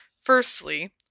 Firstly